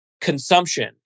consumption